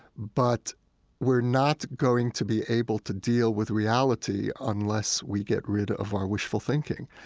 but we're not going to be able to deal with reality unless we get rid of our wishful thinking.